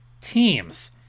teams